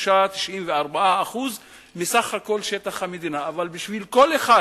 93% 94% מסך כל שטח המדינה, אבל בשביל כל אחד